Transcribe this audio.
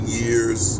years